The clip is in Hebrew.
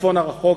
בצפון הרחוק,